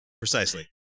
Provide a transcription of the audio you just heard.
Precisely